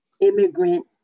immigrant